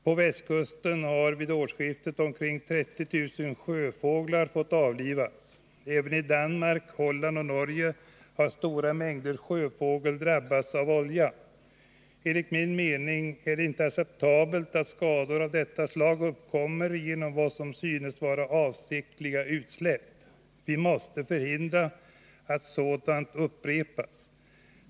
På västkusten har vid årsskiftet omkring 30 000 sjöfåglar fått avlivas. Även i Danmark, Holland och Norge har stora mängder sjöfågel drabbats av olja. Enligt min mening är det inte acceptabelt att skador av detta slag uppkommer genom vad som synes vara avsiktliga utsläpp. Vi måste förhindra att sådant upprepas.